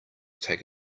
take